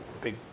big